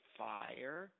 fire